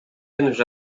anos